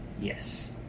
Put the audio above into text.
Yes